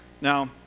Now